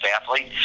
athlete